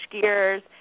gears